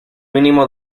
mínimo